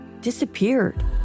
disappeared